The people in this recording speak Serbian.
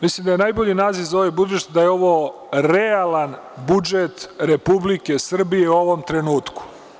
Mislim da je najbolji naziv za ovaj budžet da je ovo realan budžet Republike Srbije u ovom trenutku.